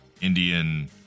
Indian